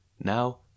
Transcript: Now